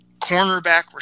cornerback